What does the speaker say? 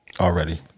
already